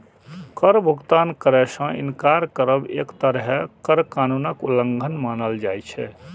कर भुगतान करै सं इनकार करब एक तरहें कर कानूनक उल्लंघन मानल जाइ छै